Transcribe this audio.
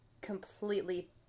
completely